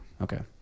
Okay